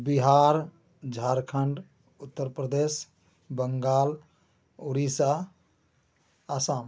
Bihar Jharkhand Uttar Pradesh Bengal Orissa Assam